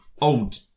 old